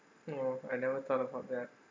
no I never thought about that